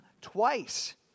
twice